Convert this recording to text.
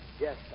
Yes